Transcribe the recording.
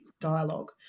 dialogue